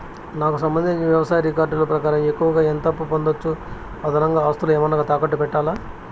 నాకు సంబంధించిన వ్యవసాయ రికార్డులు ప్రకారం ఎక్కువగా ఎంత అప్పు పొందొచ్చు, అదనంగా ఆస్తులు ఏమన్నా తాకట్టు పెట్టాలా?